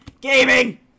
GAMING